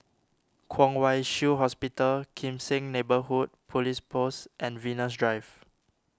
Kwong Wai Shiu Hospital Kim Seng Neighbourhood Police Post and Venus Drive